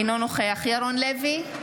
אינו נוכח ירון לוי,